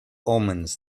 omens